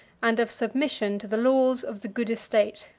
and of submission to the laws of the good estate.